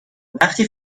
وقتی